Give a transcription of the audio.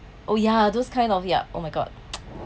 oh yeah those kind of ya oh my god